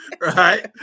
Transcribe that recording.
Right